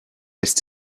lässt